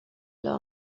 los